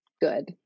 good